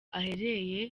ahereye